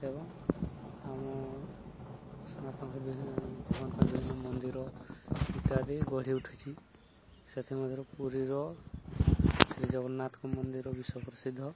ଏବଂ ଆମ ସନାତନର ଭଗବାନଙ୍କ ବିଭିନ୍ନ ମନ୍ଦିର ଇତ୍ୟାଦି ଗଢ଼ି ଉଠୁଛି ସେଥିମଧ୍ୟରୁ ପୁରୀର ଶ୍ରୀଜଗନ୍ନାଥଙ୍କ ମନ୍ଦିର ବିଶ୍ୱ ପ୍ରସିଦ୍ଧ